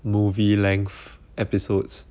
movie length episodes